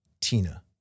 Tina